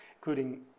including